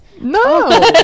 no